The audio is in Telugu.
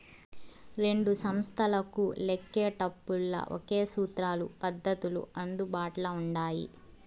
రెండు సంస్తలకు లెక్కేటపుల్ల ఒకే సూత్రాలు, పద్దతులు అందుబాట్ల ఉండాయి